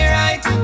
right